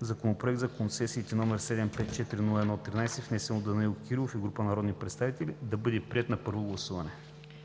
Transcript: Законопроект за концесиите, № 754-01-13, внесен от Данаил Кирилов и група народни представители, да бъде приет на първо гласуване.“